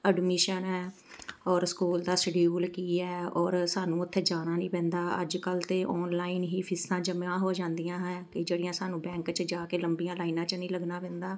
admission ਹੈ ਔਰ school ਦਾ ਸ਼ਡਿਊਲ ਕੀ ਹੈ ਔਰ ਸਾਨੂੰ ਉੱਥੇ ਜਾਣਾ ਨਹੀਂ ਪੈਂਦਾ ਅੱਜ ਕੱਲ੍ਹ ਤਾਂ ਔਨਲਾਈਨ ਹੀ ਫੀਸਾਂ ਜਮ੍ਹਾਂ ਹੋ ਜਾਂਦੀਆਂ ਹੈ ਕਿ ਜਿਹੜੀਆਂ ਸਾਨੂੰ ਬੈਂਕ 'ਚ ਜਾ ਕੇ ਲੰਬੀਆਂ ਲਾਈਨਾਂ 'ਚ ਨਹੀਂ ਲੱਗਣਾ ਪੈਂਦਾ